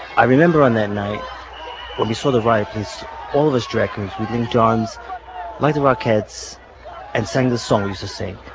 i remember on that night when we saw the riot police, all of us drag queens, and we linked arms like the rockettes and sang the song we used to sing.